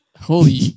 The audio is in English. Holy